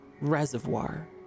reservoir